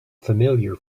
familiar